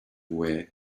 way